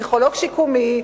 פסיכולוג שיקומי,